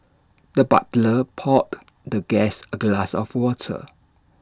the butler poured the guest A glass of water